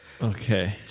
Okay